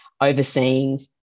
overseeing